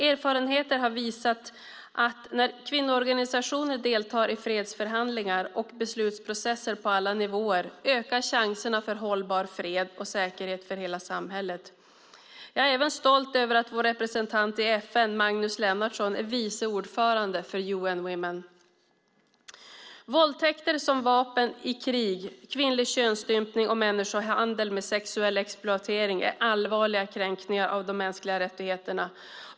Erfarenheter har visat att när kvinnoorganisationer deltar i fredsförhandlingar och beslutsprocesser på alla nivåer, ökar chanserna för hållbar fred och säkerhet för hela samhället. Jag är även stolt över att vår representant i FN, Magnus Lennartsson, är vice ordförande för UN Women. Våldtäkter som vapen i krig, kvinnlig könsstympning och människohandel med sexuell exploatering är allvarliga kränkningar av de mänskliga rättigheterna.